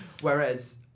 whereas